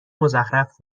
مزخرف